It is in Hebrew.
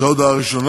זו ההודעה הראשונה.